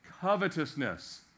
covetousness